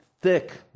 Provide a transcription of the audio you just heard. thick